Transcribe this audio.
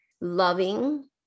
loving